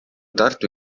tartu